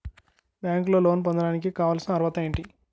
బ్యాంకులో లోన్ పొందడానికి కావాల్సిన అర్హత ఏంటి?